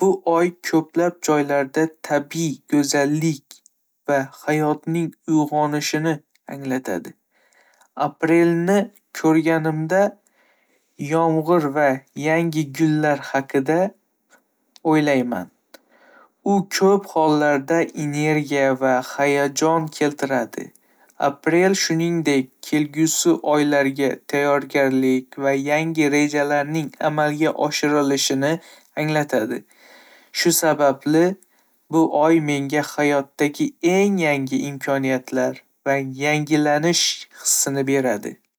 Bu oy ko'plab joylarda tabiiy go'zallik va hayotning uyg'onishini anglatadi. Aprelni ko'rganimda, yomg'ir va yangi gullar haqida o'ylayman. U ko'p hollarda energiya va hayajon keltiradi. Aprel, shuningdek, kelgusi oylarga tayyorgarlik va yangi rejalarning amalga oshirilishini anglatadi. Shu sababli, bu oy menga hayotdagi yangi imkoniyatlar va yangilanish hissini beradi.